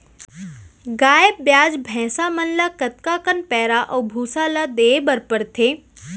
गाय ब्याज भैसा मन ल कतका कन पैरा अऊ भूसा ल देये बर पढ़थे?